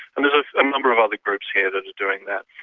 and there are a number of other groups here that are doing that.